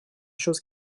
chose